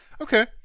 Okay